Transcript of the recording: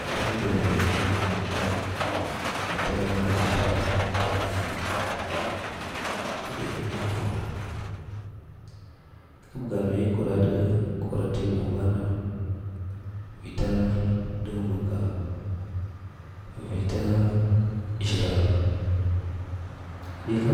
Alhamdulillahi wuma, vita zhraha nah həɗika na ɗughwana t gabga ne kwara, kwarati munvanah vita da wuma ka, vita zhraha heɗika,